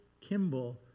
Kimball